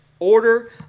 Order